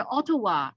Ottawa